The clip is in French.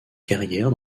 carrière